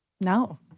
No